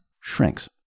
shrinks